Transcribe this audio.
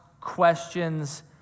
questions